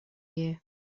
you